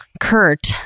Kurt